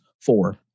four